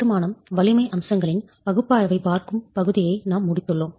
கட்டுமானம் வலிமை அம்சங்களின் பகுப்பாய்வைப் பார்க்கும் பகுதியை நாம் முடித்துள்ளோம்